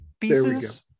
pieces